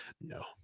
no